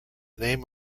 name